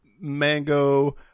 mango